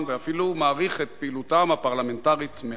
ואפילו מעריך מאוד את פעילותם הפרלמנטרית,